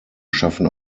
schaffen